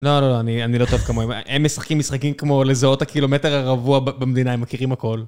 לא, לא, אני לא טוב כמוהם, הם משחקים משחקים כמו לזהות את הקילומטר הרבוע במדינה, הם מכירים הכול.